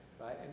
Right